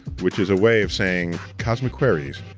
which is a way of saying, cosmic queries,